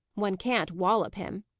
one can't wallop him.